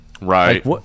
Right